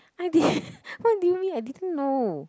I did what do you mean I didn't know